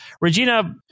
Regina